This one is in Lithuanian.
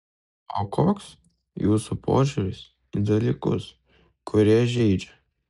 o koks jūsų požiūris į dalykus kurie žeidžia